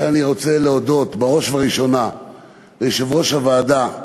אני רוצה להודות בראש ובראשונה ליושב-ראש הוועדה,